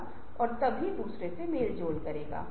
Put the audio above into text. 10 साल के समय में मौजूद रहेगा